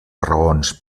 raons